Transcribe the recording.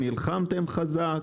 נלחמתם חזק,